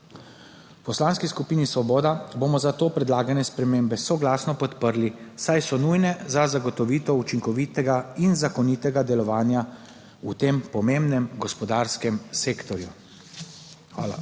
V Poslanski skupini Svoboda bomo zato predlagane spremembe soglasno podprli, saj so nujne za zagotovitev učinkovitega in zakonitega delovanja v tem pomembnem gospodarskem sektorju. Hvala.